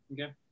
Okay